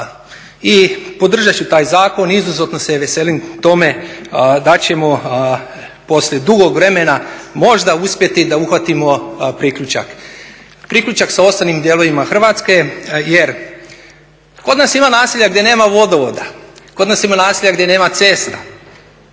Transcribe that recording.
i podržat ću taj zakon, izuzetno se veselim tome da ćemo poslije dugog vremena možda uspjeti da uhvatimo priključak, priključak sa ostalim dijelovima Hrvatske. Jer kod nas ima naselja gdje nema vodovoda, kod nas ima naselja gdje nema cesta.